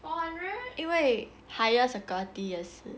因为 higher security 也是